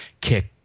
kick